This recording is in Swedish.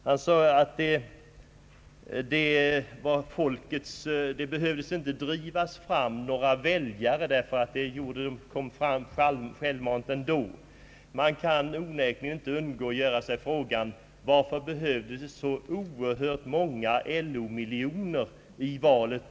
Herr Geijer sade, att man inte behövde driva fram några väljare, eftersom de kom fram självmant ändå. Man kan då inte undgå att ställa sig frågan: Varför behövdes så oerhört många LO-miljoner i valet?